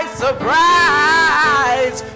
surprise